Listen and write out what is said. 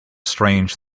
strange